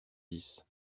dix